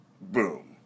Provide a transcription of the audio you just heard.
Boom